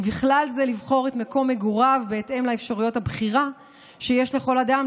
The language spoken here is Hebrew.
ובכלל זה לבחור את מקום מגוריו בהתאם לאפשרויות הבחירה שיש לכל אדם,